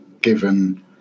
given